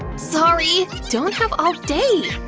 sorry! don't have all day!